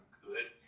good